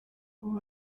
ubu